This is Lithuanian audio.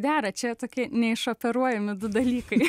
dera čia tokie neišoperuojami du dalykai